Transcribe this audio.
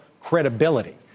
credibility